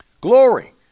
Glory